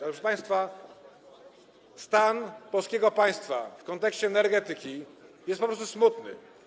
Ale proszę państwa, stan polskiego państwa w kontekście energetyki jest po prostu smutny.